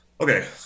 Okay